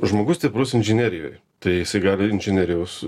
žmogus stiprus inžinerijoj tai jisai gali inžinieriaus